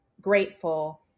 grateful